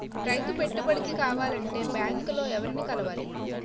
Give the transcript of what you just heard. రైతు పెట్టుబడికి కావాలంటే బ్యాంక్ లో ఎవరిని కలవాలి?